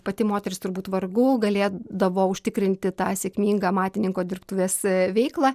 pati moteris turbūt vargu galėdavo užtikrinti tą sėkmingą amatininko dirbtuvės veiklą